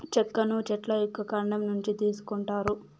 చెక్కను చెట్ల యొక్క కాండం నుంచి తీసుకొంటారు